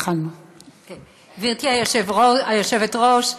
גברתי היושבת-ראש,